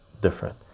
different